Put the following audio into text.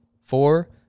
Four